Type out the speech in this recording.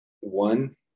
one